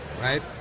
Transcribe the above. right